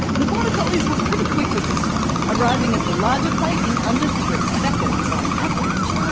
the border collie's were pretty quick with this one, arriving at the larger plate in under three seconds, on average.